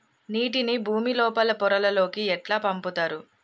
నీటిని భుమి లోపలి పొరలలోకి ఎట్లా పంపుతరు?